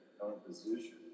composition